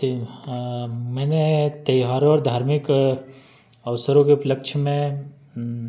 ते हाँ मैंने त्यौहारों और धार्मिक अवसरों के उपलक्ष में